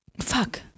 fuck